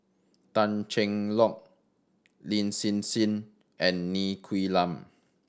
Tan Cheng Lock Lin Hsin Hsin and Ng Quee Lam